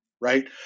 right